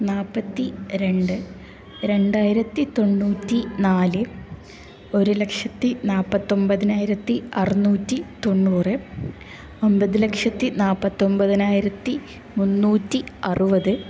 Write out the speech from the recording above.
നാല്പത്തി രണ്ട് രണ്ടായിരത്തി തൊണ്ണൂറ്റി നാല് ഒരു ലക്ഷത്തി നാല്പത്തി ഒമ്പതിനായിരത്തി അറുന്നൂറ്റി തൊണ്ണൂറ് ഒമ്പതു ലക്ഷത്തി നാല്പത്തി ഒമ്പതിനായിരത്തി മുന്നൂറ്റി അറുപത്